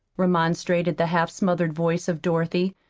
remonstrated the half-smothered voice of dorothy.